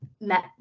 met